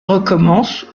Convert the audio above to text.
recommence